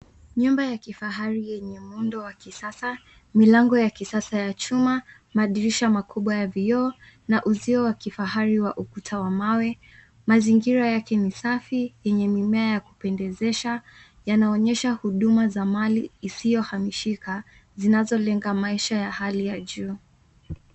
Nyumba ya kifahari yenye muundo wa kisasa, milango ya kisasa ya chuma, madirisha makubwa ya vioo na uzio wa kifahari wa ukuta wa mawe. Mazingira yake ni safi yenye mimea ya kupendezesha yanaonyesha huduma za mali isiyohamishika zinazolenga maisha ya hali ya juu.